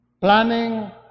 planning